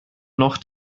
noch